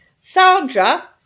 Sandra